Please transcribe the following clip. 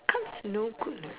cards are no good ah